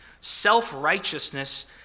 Self-righteousness